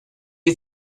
you